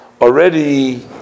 already